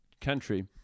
country